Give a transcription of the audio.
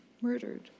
murdered